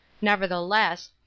nevertheless